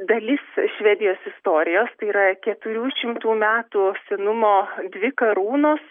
dalis švedijos istorijos tai yra keturių šimtų metų senumo dvi karūnos